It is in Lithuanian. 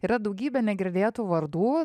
yra daugybė negirdėtų vardų